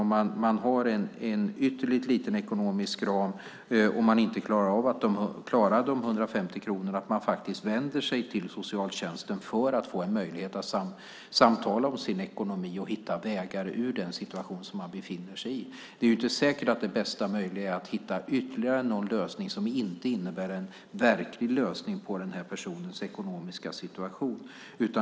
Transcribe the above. Om man har en ytterligt liten ekonomisk ram och inte klarar de 150 kronorna kanske man kan vända sig till socialtjänsten för att få möjlighet att samtala om sin ekonomi och hitta vägar ut ur den situation man befinner sig i. Det är ju inte säkert att det bästa är att hitta ytterligare en lösning som inte innebär en verklig lösning på personens ekonomiska situation.